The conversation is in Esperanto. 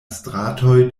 stratoj